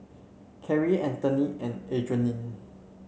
Kerrie Anthony and Adrianne